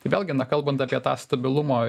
tai vėlgi na kalbant apie tą stabilumo